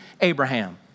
Abraham